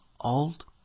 old